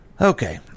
Okay